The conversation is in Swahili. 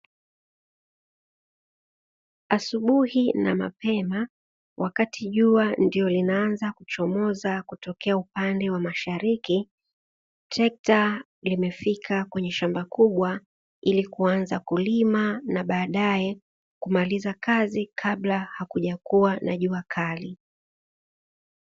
Asubuhi na mapema wakati jua ndio linaanza kuchomoza kutokea upande wa mashariki, trekta limefika kwenye shamba kubwa, ili kuanza kulima, na baadaye kumaliza kazi kabla hakujakuwa na jua kali.